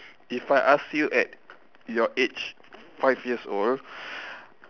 if I ask you at your age five years old